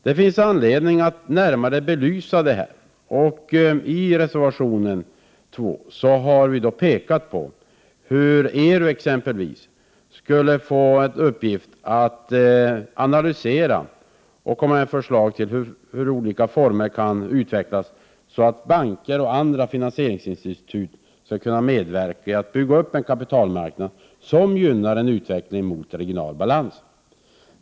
Det finns anledning att närmare belysa detta. I reservation 2 har vi pekat på hur exempelvis ERU skulle kunna få i uppgift att analysera och komma med förslag till hur olika former kan utvecklas, så att banker och andra finansieringsinstitut skall kunna medverka i att bygga upp en kapitalmarknad som gynnar en utveckling mot regional balans.